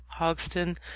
Hogston